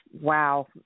wow